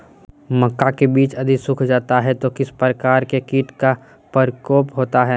मक्का के बिज यदि सुख जाता है तो किस प्रकार के कीट का प्रकोप होता है?